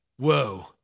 Whoa